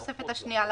בתוספת השנייה לחוק,